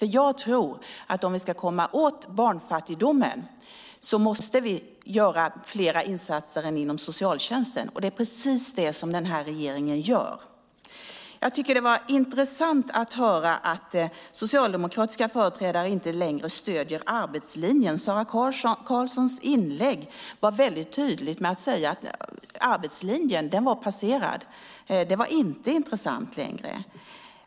Ska vi komma åt barnfattigdomen måste vi göra insatser inom mer än socialtjänsten, och precis det gör regeringen. Det var intressant att höra att socialdemokratiska företrädare inte längre stöder arbetslinjen. Sara Karlsson var i sitt inlägg tydlig med att arbetslinjen är passé och inte längre intressant.